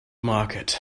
market